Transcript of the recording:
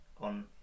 on